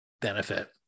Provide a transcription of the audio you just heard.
benefit